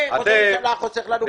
ראש הממשלה חוסך לנו כסף.